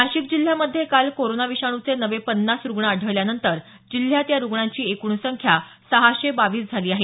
नाशिक जिल्ह्यामधे काल कोरोना विषाणूचे नवे पन्नास रुग्ण आढळल्यानंतर जिल्ह्यात या रुग्णांची एकूण संख्या सहाशे बावीस झाली आहे